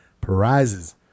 Prizes